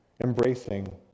embracing